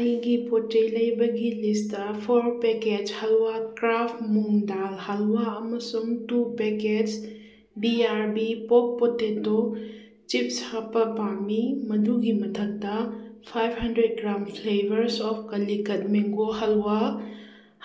ꯑꯩꯒꯤ ꯄꯣꯠ ꯆꯩ ꯂꯩꯕꯒꯤ ꯂꯤꯁꯇ ꯐꯣꯔ ꯄꯦꯀꯦꯖ ꯍꯜꯋꯥ ꯀ꯭ꯔꯥꯐ ꯃꯨꯡꯗꯥꯜ ꯍꯜꯋꯥ ꯑꯃꯁꯨꯡ two package B R B pork potato chips ꯍꯥꯞꯄ ꯄꯥꯝꯃꯤ ꯃꯗꯨꯒꯤ ꯃꯊꯛꯇ five hundred gram flavours of ꯀꯂꯤꯀꯠ ꯃꯦꯡꯒꯣ ꯍꯜꯋꯥ